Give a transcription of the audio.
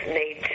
need